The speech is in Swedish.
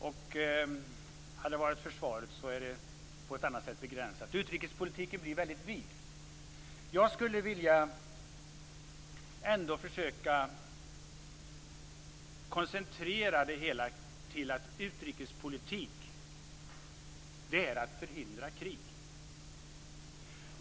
Hade det gällt försvaret hade det varit på ett annat sätt begränsat. Utrikespolitiken blir väldigt vid. Jag skulle ändå vilja koncentrera det hela till att utrikespolitik är att förhindra krig.